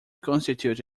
constitute